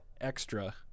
extra